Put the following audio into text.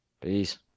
Peace